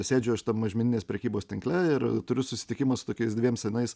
sėdžiu aš tam mažmeninės prekybos tinkle ir turiu susitikimą su tokiais dviem senais